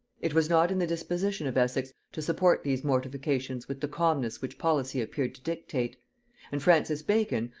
it was not in the disposition of essex to support these mortifications with the calmness which policy appeared to dictate and francis bacon,